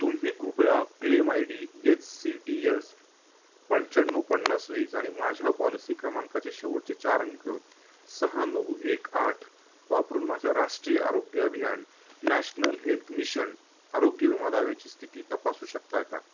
तुम्ही कृपया claim I D H C T S पंच्याण्णव पन्नास वीस आणि माझ्या पॉलिसी क्रमांकाचे शेवटचे चार अंक सहा नऊ एक आठ वापरून माझ्या राष्ट्रीय आरोग्य अभियान नॅशनल हेल्थ मिशन आरोग्य विमा दाव्याची स्थिती तपासू शकता का